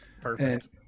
Perfect